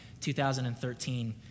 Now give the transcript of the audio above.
2013